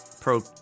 pro